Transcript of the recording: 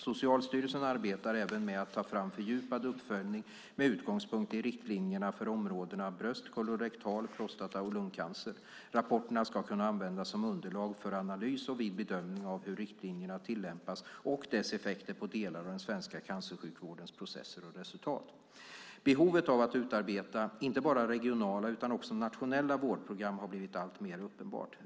Socialstyrelsen arbetar även med att ta fram en fördjupad uppföljning med utgångspunkt i riktlinjerna för områdena bröst-, kolorektal-, prostata och lungcancer. Rapporten ska kunna användas som underlag för analys och vid bedömning av hur riktlinjerna tillämpas och dess effekter på delar av den svenska cancersjukvårdens processer och resultat. Behovet av att utarbeta inte bara regionala utan också nationella vårdprogram har blivit alltmer uppenbart.